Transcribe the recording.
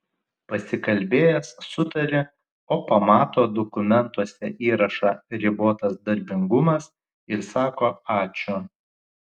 pasikalbėjęs sutari o pamato dokumentuose įrašą ribotas darbingumas ir sako ačiū